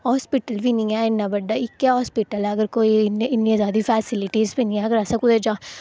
hospital बी निं ऐ इ'न्ना बड्डा इक्कै हास्पिटल ऐ अगर कोई इन्नी जादै फेस्लिटियां बी निं ऐ अगर असें कुदै जाना